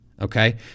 Okay